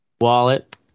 wallet